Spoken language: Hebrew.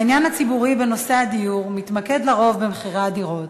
העניין הציבורי בנושא הדיור מתמקד לרוב במחירי הדירות,